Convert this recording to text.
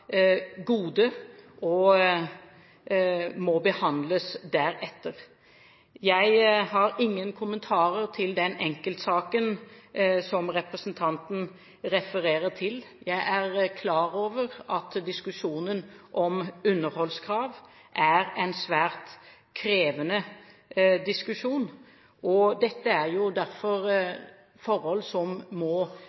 gode, og det må behandles deretter. Jeg har ingen kommentarer til den enkeltsaken som representanten refererer til. Jeg er klar over at diskusjonen om underholdskrav er en svært krevende diskusjon, og dette er derfor